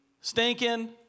stinking